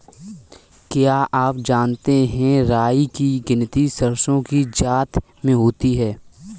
क्या आप जानते है राई की गिनती सरसों की जाति में होती है?